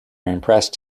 impressed